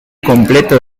completo